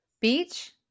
Beach